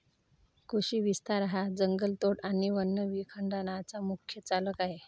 कृषी विस्तार हा जंगलतोड आणि वन विखंडनाचा मुख्य चालक आहे